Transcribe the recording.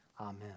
amen